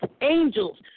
angels